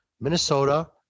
Minnesota